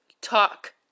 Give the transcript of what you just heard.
Talk